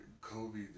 Kobe